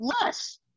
less